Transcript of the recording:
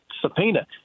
subpoena